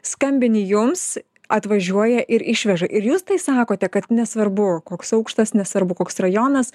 skambini jums atvažiuoja ir išveža ir jūs tai sakote kad nesvarbu koks aukštas nesvarbu koks rajonas